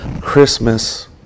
Christmas